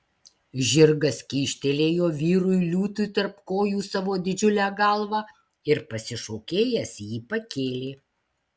žirgas kyštelėjo vyrui liūtui tarp kojų savo didžiulę galvą ir pasišokėjęs jį pakėlė